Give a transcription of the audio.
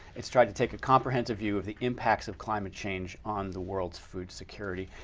it's tried to take a comprehensive view of the impacts of climate change on the world's food security.